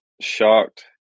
shocked